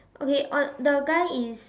okay on the guy is